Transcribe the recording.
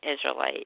Israelite